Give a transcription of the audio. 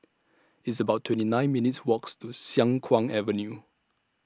It's about twenty nine minutes' Walks to Siang Kuang Avenue